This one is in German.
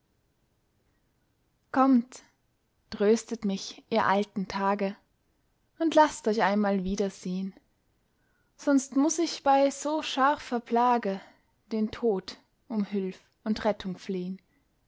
kommt tröstet mich ihr alten tage und laßt euch einmal wieder sehn sonst muß ich bei so scharfer plage den tod um hülf und rettung flehn